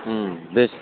बे